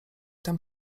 tam